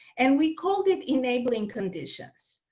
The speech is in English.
and we called it enabling conditions.